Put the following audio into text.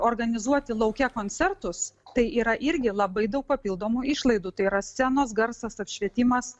organizuoti lauke koncertus tai yra irgi labai daug papildomų išlaidų tai yra scenos garsas apšvietimas